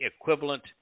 equivalent